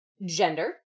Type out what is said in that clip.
gender